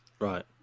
right